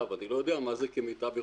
אני לא יודע מה זה כמיטב יכולתה.